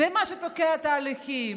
זה מה שתוקע תהליכים.